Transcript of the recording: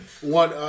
one